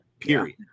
Period